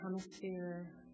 hemisphere